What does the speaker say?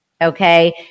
Okay